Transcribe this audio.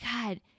God